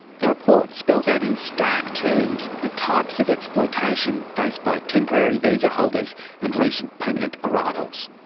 the report spells out in stark terms the types of exploitation faced by temporary visa holders and recent permanent arrivals.